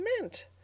meant